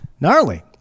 Gnarly